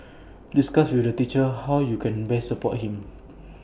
discuss with the teacher how you can best support him